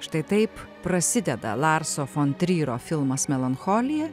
štai taip prasideda larso fon tryro filmas melancholija